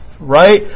right